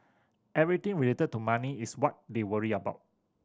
everything related to money is what they worry about